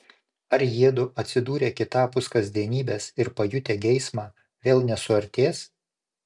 ar jiedu atsidūrę kitapus kasdienybės ir pajutę geismą vėl nesuartės